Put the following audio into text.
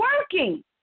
working